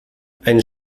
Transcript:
ein